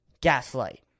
gaslight